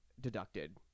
deducted